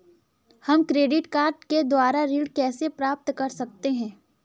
हम credit card के द्वारा ऋण कैसे प्राप्त कर सकते हैं?